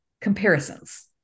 comparisons